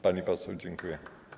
Pani poseł, dziękuję.